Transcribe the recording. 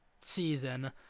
season